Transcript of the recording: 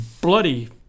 bloody